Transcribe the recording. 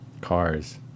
cars